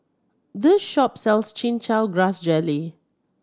this shop sells Chin Chow Grass Jelly